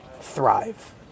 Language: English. thrive